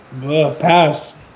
Pass